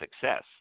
success